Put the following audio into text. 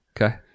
Okay